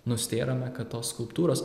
nustėrome kad tos skulptūros